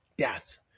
death